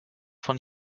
von